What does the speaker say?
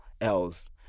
else